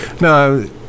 No